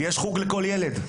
יש חוג לכל ילד.